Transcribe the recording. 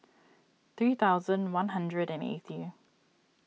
three thousand one hundred and eighty